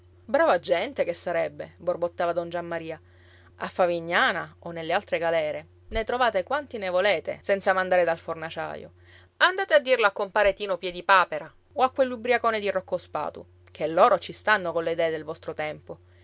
brava gente che sarebbe borbottava don giammaria a favignana o nelle altre galere ne trovate quanti ne volete senza mandare dal fornaciaio andate a dirlo a compare tino piedipapera o a quell'ubbriacone di rocco spatu che loro ci stanno colle idee del vostro tempo